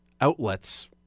outlets